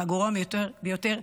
והגרוע ביותר,